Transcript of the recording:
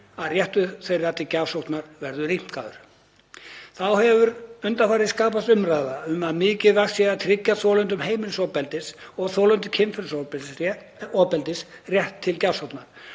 að réttur þeirra til gjafsóknar verði rýmkaður. Þá hefur undanfarið skapast umræða um að mikilvægt sé að tryggja þolendum heimilisofbeldis og þolendum kynferðisofbeldis rétt til gjafsóknar